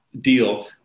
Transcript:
deal